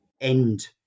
end